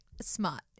smart